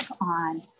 on